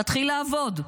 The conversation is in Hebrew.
תתחיל לעבוד.